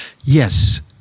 Yes